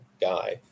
guy